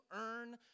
earn